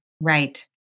Right